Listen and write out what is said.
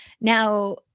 Now